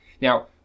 Now